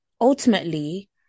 ultimately